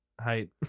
height